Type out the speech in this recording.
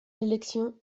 l’élection